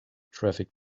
traffic